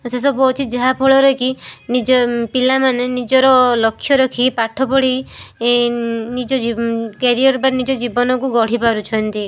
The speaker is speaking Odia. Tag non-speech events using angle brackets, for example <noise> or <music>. ସେ ସବୁ ହେଉଛି ଯାହା ଫଳରେ କି ନିଜେ ପିଲାମାନେ ନିଜର ଲକ୍ଷ୍ୟ ରଖି ପାଠ ପଢ଼ି ନିଜ <unintelligible> କ୍ୟାରିୟର ବା ନିଜ ଜୀବନକୁ ଗଢ଼ି ପାରୁଛନ୍ତି